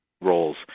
roles